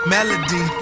Melody